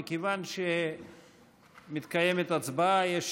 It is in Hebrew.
מכיוון שמתקיימת הצבעה, יש